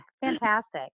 fantastic